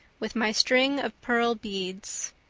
with my string of pearl beads.